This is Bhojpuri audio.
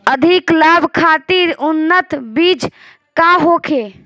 अधिक लाभ खातिर उन्नत बीज का होखे?